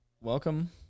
welcome